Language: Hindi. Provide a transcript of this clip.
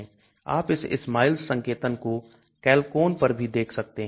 आप इस SMILES संकेतन को Chalcone पर भी देख सकते हैं